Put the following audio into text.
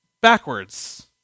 backwards